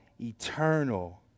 eternal